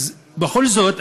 אז בכל זאת,